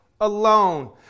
alone